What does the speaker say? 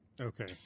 Okay